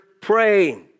praying